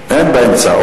אין באמצע.